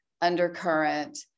undercurrent